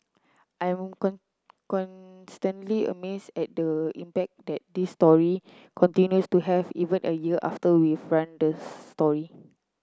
I'm constantly amazed at the impact that this story continues to have even a year after we've run the story